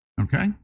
Okay